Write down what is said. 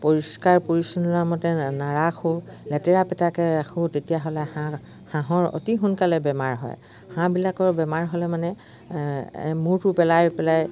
পৰিষ্কাৰ পৰিচ্ালনামতে নাৰাখো লেতেৰা পেটাকে ৰাখোঁ তেতিয়াহ'লে হাঁহ হাঁহৰ অতি সোনকালে বেমাৰ হয় হাঁহবিলাকৰ বেমাৰ হ'লে মানে মূৰটো পেলাই পেলাই